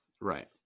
Right